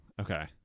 okay